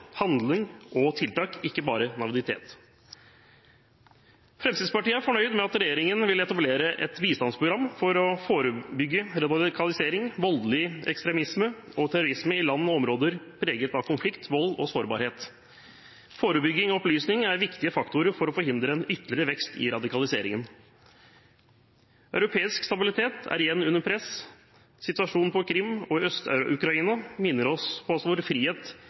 handling og tiltak – ikke bare naivitet. Fremskrittspartiet er fornøyd med at regjeringen vil etablere et bistandsprogram for å forebygge radikalisering, voldelig ekstremisme og terrorisme i land og områder preget av konflikt, vold og sårbarhet. Forebygging og opplysning er viktige faktorer for å forhindre en ytterligere vekst i radikaliseringen. Europeisk stabilitet er igjen under press, og situasjonen på Krim og i Øst-Ukraina minner oss på at vår frihet